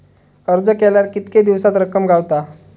अर्ज केल्यार कीतके दिवसात रक्कम गावता?